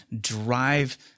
drive